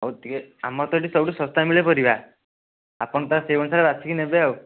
ହେଉ ଟିକେ ଆମର ତ ଏଠି ସବୁଠୁ ଶସ୍ତା ମିଳେ ପରିବା ଆପଣ ତାହେଲେ ସେହି ଅନୁସାରେ ବାଛିକି ନେବେ ଆଉ